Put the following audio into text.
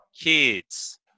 kids